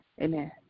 Amen